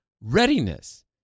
readiness